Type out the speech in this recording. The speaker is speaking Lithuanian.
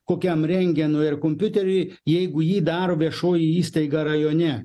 kokiam rentgenui ar kompiuteriui jeigu jį daro viešoji įstaiga rajone